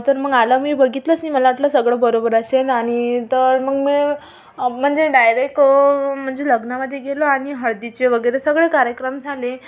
तर मग आलं मी बघितलंच नाही मला वाटलं सगळं बरोबर असेल आणि तर मग मी म्हणजे डायरेक म्हणजे लग्नामध्ये गेलो आणि हळदीचे वगैरे सगळे कार्यक्रम झाले